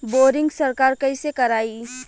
Boring सरकार कईसे करायी?